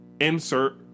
Insert